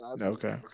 Okay